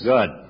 Good